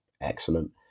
excellent